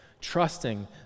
trusting